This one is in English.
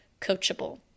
coachable